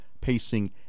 pacing